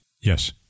Yes